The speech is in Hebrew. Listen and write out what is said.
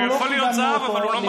אנחנו לא קיבלנו אותו.